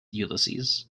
ulysses